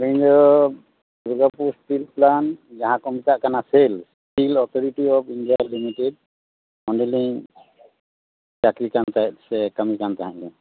ᱤᱧ ᱫᱚ Durgapur steel plant ᱡᱟᱦᱟᱸ ᱠᱚ ᱢᱮᱛᱟᱜ ᱠᱟᱱᱟ SAIL steel authority of India limited ᱚᱸᱰᱮᱞᱤᱧ ᱪᱟᱹᱠᱨᱤ ᱠᱟᱱ ᱛᱟᱦᱮᱸᱫ ᱥᱮ ᱠᱟᱹᱢᱤ ᱠᱟᱱ ᱛᱟᱦᱮᱸᱫ ᱞᱤᱧ